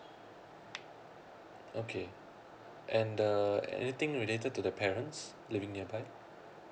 okay and the anything related to the parents living nearby